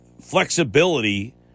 flexibility